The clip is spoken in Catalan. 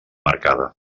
marcada